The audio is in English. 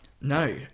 No